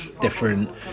different